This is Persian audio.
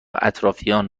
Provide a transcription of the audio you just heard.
اطرافیان